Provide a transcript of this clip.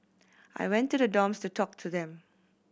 I went to the dorms to talk to them